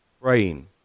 praying